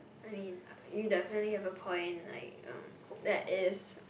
I mean you definitely have a point like um that is